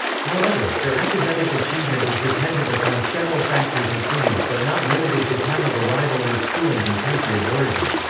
however, their academic achievement is dependent upon several factors including, but not limited to time of arrival and schooling in country of origin.